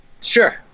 Sure